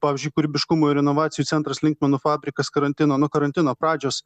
pavyzdžiui kūrybiškumo ir inovacijų centras linkmenų fabrikas karantino nuo karantino pradžios